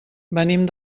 venim